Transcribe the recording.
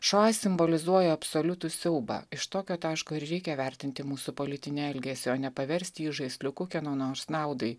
šoi simbolizuoja absoliutų siaubą iš tokio taško ir reikia vertinti mūsų politinio elgesio nepaversti jo žaisliuku kieno nors naudai